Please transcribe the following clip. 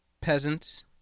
peasants